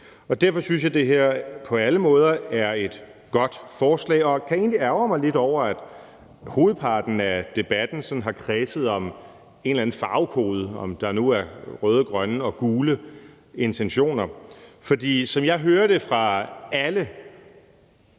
Derfor synes jeg, at det her på alle måder er et godt forslag. Jeg kan egentlig ærgre mig lidt over, at hovedparten af debatten sådan har kredset om en eller anden farvekode, og om der nu er røde, grønne eller gule intentioner, for som jeg hører det